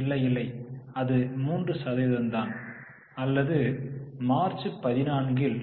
இல்லை இல்லை அது 3 சதவிகிதம் தான் அல்லது மார்ச் 14 இல்